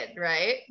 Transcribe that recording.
right